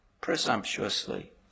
presumptuously